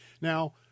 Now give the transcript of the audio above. Now